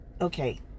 okay